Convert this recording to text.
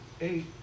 eight